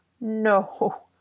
No